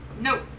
Nope